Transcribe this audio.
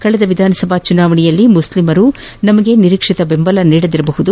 ಕಳೆದ ವಿಧಾನಸಭಾ ಚುನಾವಣೆಯಲ್ಲಿ ಮುಸ್ಲಿಮರು ನಮಗೆ ನಿರೀಕ್ಷಿತ ಬೆಂಬಲ ನೀಡದಿರಬಹುದು